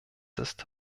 ist